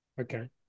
okay